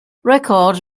records